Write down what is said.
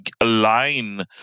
align